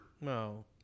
no